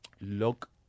look